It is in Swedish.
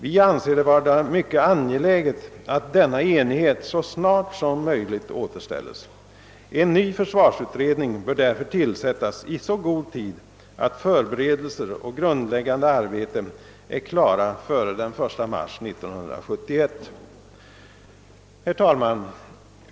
Vi anser det vara mycket angeläget att denna enighet så snart som möjligt återställes. En ny försvarsutredning bör därför tillsättas i så god tid, att förberedelser och grundläggande arbete är klara före den 1 mars 1971. Herr talman!